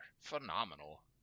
phenomenal